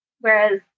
Whereas